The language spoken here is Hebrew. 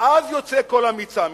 אז יוצא כל המיץ האמיתי.